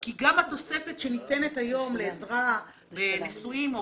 כי גם התוספת שניתנת היום לעזרה בנישואים או